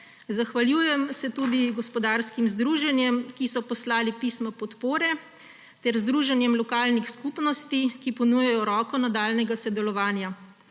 Zahvaljujem se tudi gospodarskim združenjem, ki so poslali pismo podpore ter združenjem lokalnih skupnosti, ki ponujajo roko nadaljnjega sodelovanja.